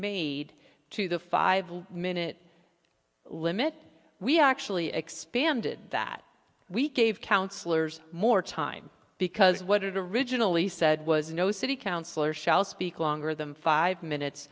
made to the five minute limit we actually expanded that we cave councilors more time because what it originally said was no city councilor shall speak longer than five minutes